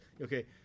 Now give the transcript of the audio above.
Okay